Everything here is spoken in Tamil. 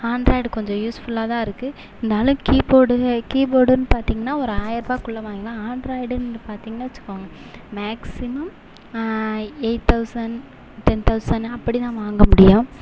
ஆண்ட்ராய்டு கொஞ்சம் யூஸ்ஃபுல்லாக தான் இருக்கு இருந்தாலும் கீபோர்டு கீபோர்டுனு பார்த்தீங்கன்னா ஒரு ஆயரரூபாக்குள்ள வாங்கலாம் ஆண்ட்ராய்டுனு பார்த்தீங்கன்னா வெச்சுக்கோங்க maximum eight thousand ten thousand அப்படிதான் வாங்க முடியும்